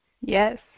Yes